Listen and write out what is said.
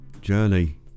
journey